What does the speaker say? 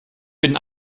bin